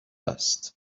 است